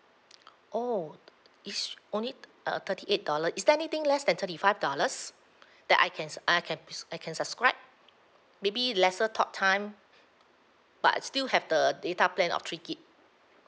oh is only uh thirty eight dollar is there anything less than thirty five dollars that I can s~ I can s~ I can subscribe maybe lesser talk time but still have the data plan of three gig